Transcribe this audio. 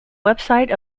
website